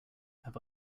have